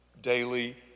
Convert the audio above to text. daily